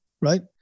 right